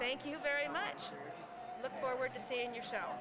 thank you very much look forward to seeing your